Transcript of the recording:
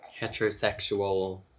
heterosexual